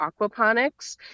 aquaponics